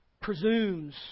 presumes